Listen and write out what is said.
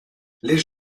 les